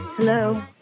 Hello